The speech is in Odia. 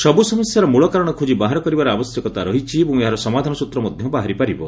ସବୁ ସମସ୍ୟାର ମୂଳ କାରଣ ଖୋଜି ବାହାର କରିବାର ଆବଶ୍ୟକତା ରହିଛି ଏବଂ ଏହାର ସମାଧାନସୂତ୍ର ମଧ୍ୟ ବାହାରି ପାରିବ